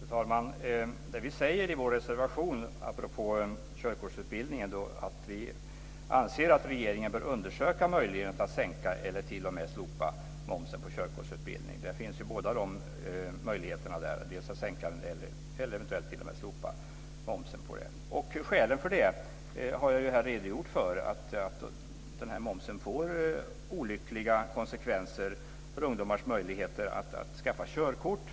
Fru talman! Det vi säger i vår reservation om körkortsutbildningen är att vi anser att regeringen bör undersöka möjligheten att sänka eller t.o.m. slopa momsen på körkortsutbildning. Båda de möjligheterna finns, dvs. sänka eller t.o.m. slopa momsen på den. Skälen för det har jag redogjort för här. Momsen får olyckliga konsekvenser för ungdomars möjligheter att skaffa körkort.